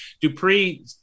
Dupree